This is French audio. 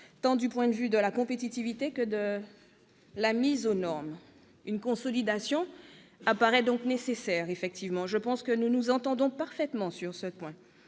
du point de vue tant de la compétitivité que de la mise aux normes. Une consolidation apparaît donc nécessaire ; je pense que nous nous entendons parfaitement sur ce point.